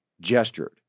Gestured